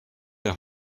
der